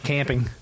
Camping